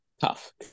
tough